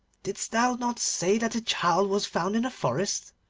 didst thou not say that the child was found in the forest?